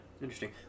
Interesting